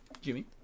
Jimmy